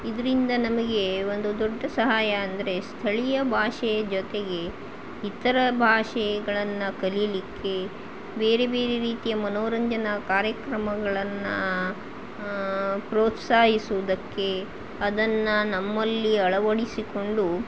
ಇದರಿಂದ ನಮಗೆ ಒಂದು ದೊಡ್ಡ ಸಹಾಯ ಅಂದರೆ ಸ್ಥಳೀಯ ಭಾಷೆಯ ಜೊತೆಗೆ ಇತರ ಭಾಷೆಗಳನ್ನ ಕಲಿಯಲಿಕ್ಕೆ ಬೇರೆ ಬೇರೆ ರೀತಿಯ ಮನೋರಂಜನಾ ಕಾರ್ಯಕ್ರಮಗಳನ್ನ ಪ್ರೋತ್ಸಾಹಿಸುದಕ್ಕೆ ಅದನ್ನ ನಮ್ಮಲ್ಲಿ ಅಳವಡಿಸಿಕೊಂಡು